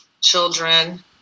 children